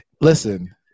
listen